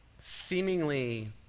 seemingly